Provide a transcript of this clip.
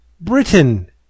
Britain